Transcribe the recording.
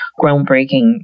groundbreaking